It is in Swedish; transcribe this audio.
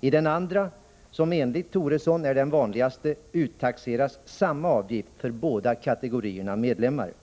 Enligt den andra, som enligt Bo Toresson är den vanligaste, uttaxeras samma avgift för båda kategorierna medlemmar. Bo